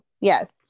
Yes